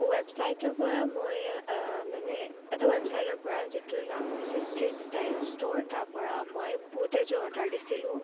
ৱেবছাইটটোৰ পৰা মই মানে এটা ৱেবছাইটৰ পৰা যিটোৰ নাম হৈছে ষ্ট্ৰীট ষ্টাইল ষ্টোৰ তাৰ পৰা মই বুট এযোৰ অৰ্ডাৰ দিছিলোঁ